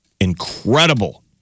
incredible